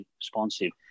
responsive